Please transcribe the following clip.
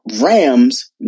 Rams